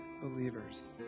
believers